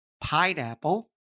Pineapple